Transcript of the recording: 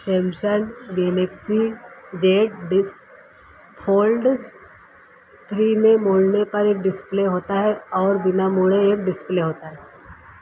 Samsung Galaxy Z डिस Fold three में मोड़ने पर एक डिस्प्ले होता है और बिना मोड़े एक डिस्प्ले होता है